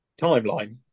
timeline